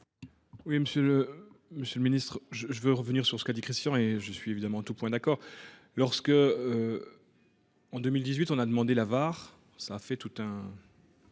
le monsieur le Ministre, je je veux revenir sur ce qu'a dit Christian et je suis évidemment tout point d'accord lorsque. En 2018, on a demandé l'Avare. Cela fait tout hein.